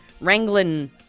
wrangling